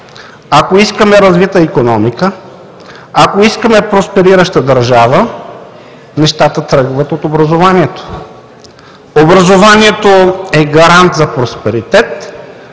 ако искаме развита икономика, ако искаме просперираща държава, нещата тръгват от образованието. Образованието е гарант за просперитет